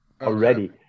already